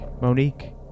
Monique